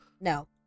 No